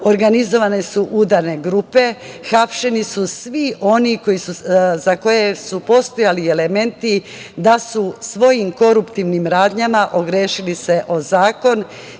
organizovane su udarne grupe, hapšeni su svi oni za koje su postojali elementi da su se svojim koruptivnim radnjama ogrešili o zakon.